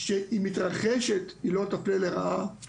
שמתרחשת לא תפלה לרעה